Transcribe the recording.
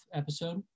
episode